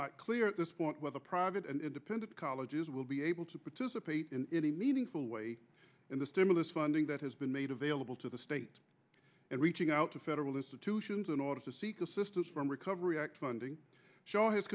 not clear at this point whether private and independent colleges will be able to participate in any meaningful way in the stimulus funding that has been made available to the state and reaching out to federal institutions in order to seek assistance from recovery act funding show h